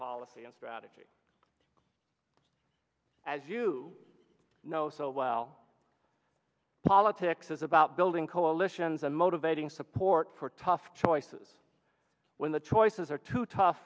policy and strategy as you know so well politics is about building coalitions and motivating support for tough choices when the choices are too tough